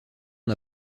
n’a